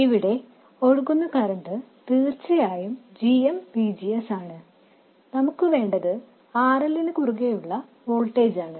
ഇവിടെ ഒഴുകുന്ന കറന്റ് തീർച്ചയായും gm VGS ആണ് നമുക്ക് വേണ്ടത് RLനു കുറുകേയുള്ള വോൾട്ടേജാണ്